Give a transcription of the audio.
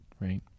right